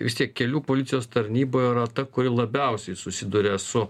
vis tiek kelių policijos tarnyba yra ta kuri labiausiai susiduria su